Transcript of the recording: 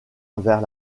vers